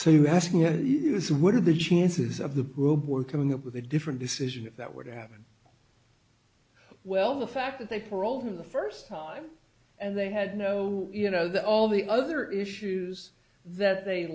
so you ask what are the chances of the group were coming up with a different decision if that were to happen well the fact that they paroled him the first time and they had no you know the all the other issues that they